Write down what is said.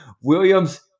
Williams